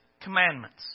commandments